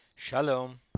Shalom